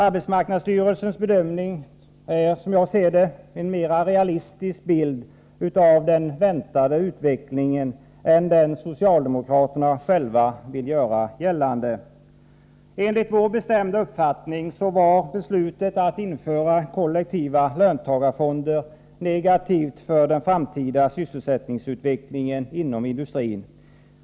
Arbetsmarknadsstyrelsens bedömning ger, som jag ser det, en mer realistisk bild av den väntade utvecklingen än den socialdemokraterna själva vill ge. Enligt vår bestämda uppfattning var beslutet att införa kollektiva löntagarfonder negativt för den framtida sysselsättningsutvecklingen inom industrin.